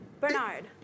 Bernard